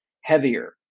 heavier